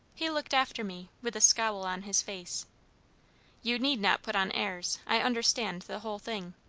he looked after me, with a scowl on his face you need not put on airs! i understand the whole thing.